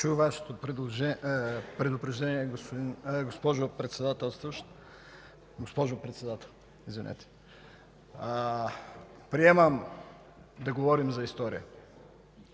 Чух Вашето предупреждение, госпожо Председател. Приемам да говорим за история.